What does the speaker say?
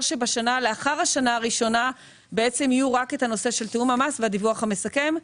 לאחר השנה הראשונה יהיו רק את תיאום המס והדיווח המסכם,